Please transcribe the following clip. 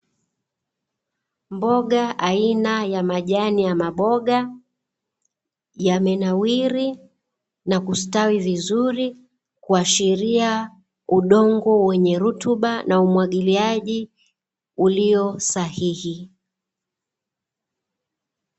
Mboga aina ya majani ya maboga, yamenawiri na kustawi vizuri. kuashiria udongo wenye rutuba na umwagiliaji ulio sahihi.